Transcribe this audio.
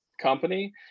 company